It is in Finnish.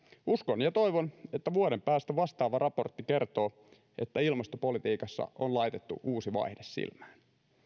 uskon ja toivon että vuoden päästä vastaava raportti kertoo että ilmastopolitiikassa on laitettu uusi vaihde silmään